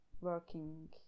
working